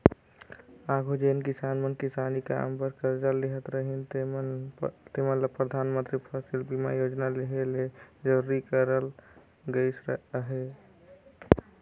आघु जेन किसान मन किसानी काम बर करजा लेहत रहिन तेमन ल परधानमंतरी फसिल बीमा योजना लेहे ले जरूरी करल गइस अहे